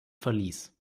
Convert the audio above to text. verlies